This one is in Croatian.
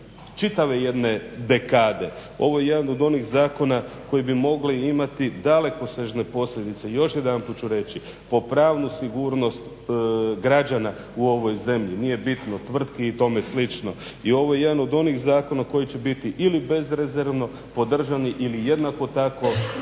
čitave jedne dekade. Ovo je jedan od onih zakona koji bi mogli imati dalekosežne posljedice još jedanput ću reći, po pravnu sigurnost građana u ovoj zemlji, tvrtki i tome slično. I ovo je jedan od onih zakona koji će biti ili bezrezervno podržani ili jednako tako